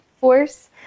force